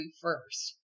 first